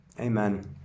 Amen